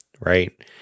Right